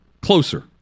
Closer